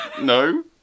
No